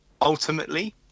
Ultimately